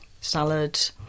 salad